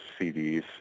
cds